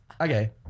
Okay